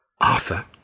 Arthur